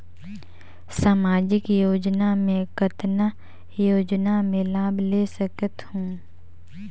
समाजिक योजना मे कतना योजना मे लाभ ले सकत हूं?